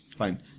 Fine